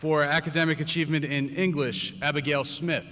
for academic achievement in english abigail smith